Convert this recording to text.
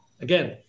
Again